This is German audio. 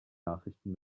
nachrichten